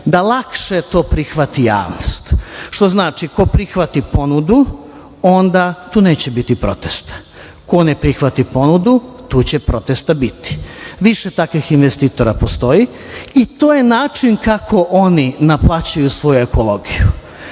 da lakše to prihvati javnost. Što znači, ko prihvati ponudu, onda tu neće biti protesta. Ko ne prihvati ponudu, tu će protesta biti. Više takvih investitora postoji i to je način kako oni naplaćuju svoju ekologiju.